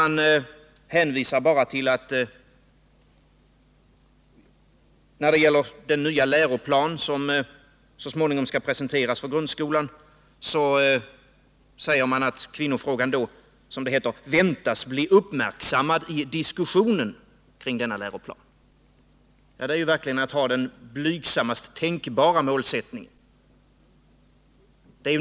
När det gäller den nya läroplan för grundskolan som så småningom skall presenteras hänvisar utskottet bara till att kvinnofrågan då, som det heter, kan väntas bli uppmärksammad i diskussionen kring denna läroplan. Det är verkligen att ha blygsammast tänkbara målsättning.